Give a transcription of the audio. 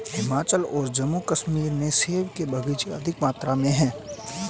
हिमाचल और जम्मू कश्मीर में सेब के बगीचे अधिक मात्रा में है